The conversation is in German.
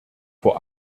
vor